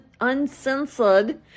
uncensored